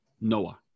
Noah